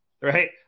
right